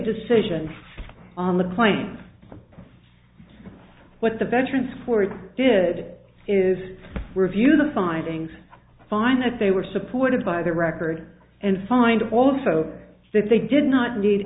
decision on the claims what the veterans ford did is review the findings find that they were supported by the record and find also that they did not need